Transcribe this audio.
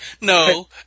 No